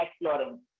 exploring